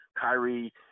Kyrie